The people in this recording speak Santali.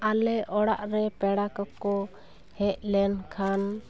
ᱟᱞᱮ ᱚᱲᱟᱜ ᱨᱮ ᱯᱮᱲᱟ ᱠᱚᱠᱚ ᱦᱮᱡ ᱞᱮᱱᱠᱷᱟᱱ